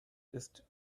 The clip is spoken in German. ist